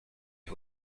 who